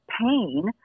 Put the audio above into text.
pain